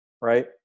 right